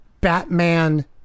Batman